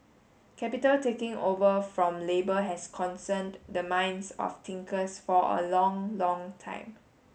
capital taking over from labour has concerned the minds of thinkers for a long long time